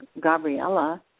Gabriella